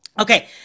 okay